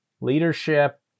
leadership